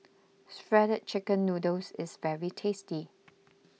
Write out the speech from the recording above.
Shredded Chicken Noodles is very tasty